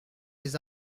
les